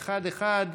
ואחד-אחד